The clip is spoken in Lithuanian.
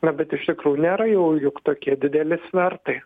na bet iš tikrųjų nėra jau juk tokie dideli svertai